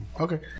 Okay